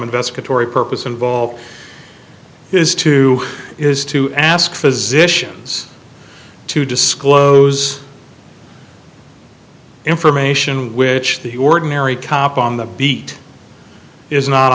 investigatory purpose involved is to is to ask physicians to disclose information which the ordinary cop on the beat is not